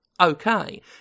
okay